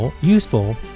useful